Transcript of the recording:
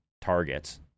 targets